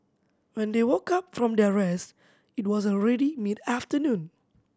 when they woke up from their rest it was already mid afternoon